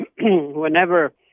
whenever